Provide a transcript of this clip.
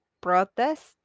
protest